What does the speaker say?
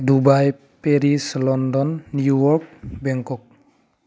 Dubai Paris London New York Bangkok